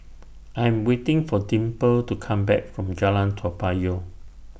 I Am waiting For Dimple to Come Back from Jalan Toa Payoh